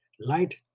Light